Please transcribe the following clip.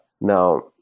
Now